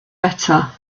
better